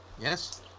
Yes